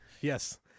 Yes